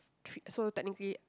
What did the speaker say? thr~ so technically